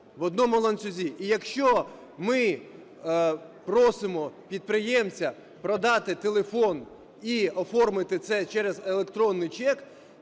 в одному ланцюзі. І якщо ми просимо підприємця продати телефон і оформити це через електронний чек